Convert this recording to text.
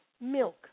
milk